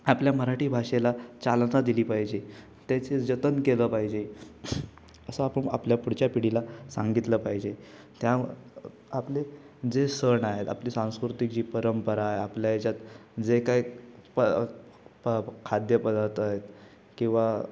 आपल्या मराठी भाषेला चालना दिली पाहिजे त्याचे जतन केलं पाहिजे असं आपण आपल्या पुढच्या पिढीला सांगितलं पाहिजे त्या आपले जे सण आहेत आपली सांस्कृतिक जी परंपरा आहे आपल्या याच्यात जे काय प प खाद्यपदार्थ आहेत किंवा